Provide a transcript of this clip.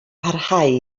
pharhau